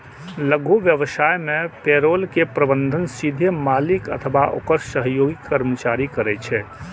लघु व्यवसाय मे पेरोल के प्रबंधन सीधे मालिक अथवा ओकर सहयोगी कर्मचारी करै छै